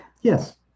yes